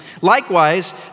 Likewise